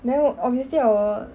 没有 obviously lah 我